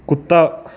ਕੁੱਤਾ